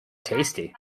tasty